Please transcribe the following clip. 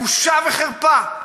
בושה וחרפה.